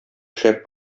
шәп